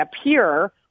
appear